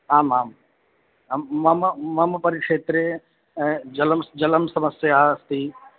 आम् आं मम मम परिक्षेत्रे जलं स् जलं समस्या अस्ति